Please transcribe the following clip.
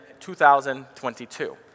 2022